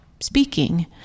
Speaking